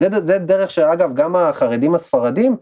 זה דרך שאגב גם החרדים הספרדים